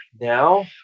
now